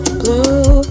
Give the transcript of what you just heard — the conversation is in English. blue